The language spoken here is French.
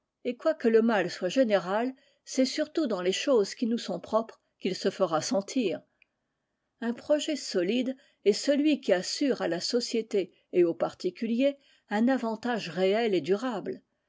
et quoique le mal soit général c'est surtout dans les choses qui nous sont propres qu'il se fera sentir un projet solide est celui qui assure à la société et aux particuliers un avantage réel et durable